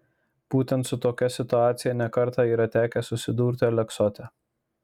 būtent su tokia situacija ne kartą yra tekę susidurti aleksote